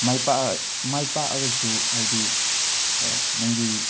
ꯃꯥꯏ ꯄꯥꯑ ꯃꯥꯏ ꯄꯥꯛꯑꯒꯁꯨ ꯍꯥꯏꯗꯤ ꯅꯪꯒꯤ